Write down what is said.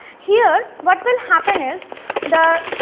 here, what will happen is the